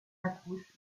accouche